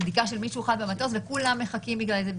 בדיקה של מישהו אחד במטוס וכולם מחכים בגלל זה,